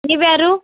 ನೀವು ಯಾರು